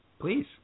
Please